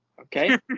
okay